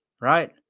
right